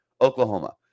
Oklahoma